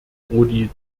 prodi